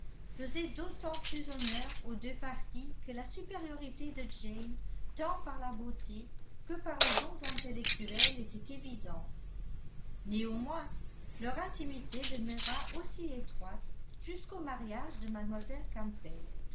faisait d'autant plus honneur aux deux parties que la supériorité de jane tant par la beauté que par les dons intellectuels était évidente néanmoins leur intimité demeura aussi étroite jusqu'au mariage de mlle campbell